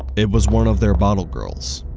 it was one of their bottle girls.